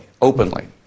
openly